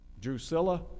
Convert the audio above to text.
Drusilla